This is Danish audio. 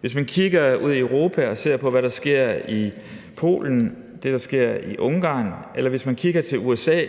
Hvis man kigger ud i Europa og ser på, hvad der sker i Polen og Ungarn, eller hvis man kigger til USA